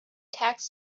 tax